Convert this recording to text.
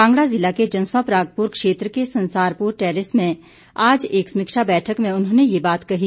कांगड़ा जिला के जसवां परागपुर क्षेत्र के संसारपुर टैरेस में आज एक समीक्षा बैठक में उन्होंने ये बात कही